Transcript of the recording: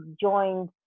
joined